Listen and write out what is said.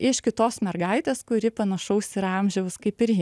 iš kitos mergaitės kuri panašaus yra amžiaus kaip ir ji